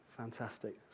Fantastic